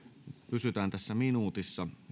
pysytään tässä minuutissa